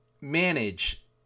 manage